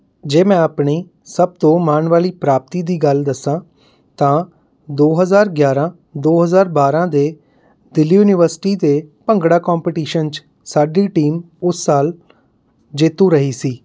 ਜੇ ਮੈਂ ਆਪਣੀ ਸਭ ਤੋਂ ਮਾਣ ਵਾਲੀ ਪ੍ਰਾਪਤੀ ਦੀ ਗੱਲ ਦੱਸਾਂ ਤਾਂ ਦੋ ਹਜ਼ਾਰ ਗਿਆਰਾਂ ਦੋ ਹਜ਼ਾਰ ਬਾਰਾਂ ਦੇ ਦਿੱਲੀ ਯੂਨੀਵਰਸਿਟੀ ਦੇ ਭੰਗੜਾ ਕੋਮਪੀਟੀਸ਼ਨ 'ਚ ਸਾਡੀ ਟੀਮ ਉਸ ਸਾਲ ਜੇਤੂ ਰਹੀ ਸੀ